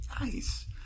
Nice